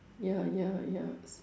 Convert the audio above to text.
ya ya ya